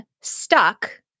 stuck